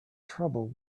trouble